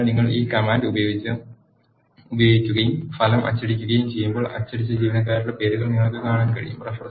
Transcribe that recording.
അതിനാൽ നിങ്ങൾ ഈ കമാൻഡ് ഉപയോഗിക്കുകയും ഫലം അച്ചടിക്കുകയും ചെയ്യുമ്പോൾ അച്ചടിച്ച ജീവനക്കാരുടെ പേരുകൾ നിങ്ങൾക്ക് കാണാൻ കഴിയും